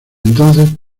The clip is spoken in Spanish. entonces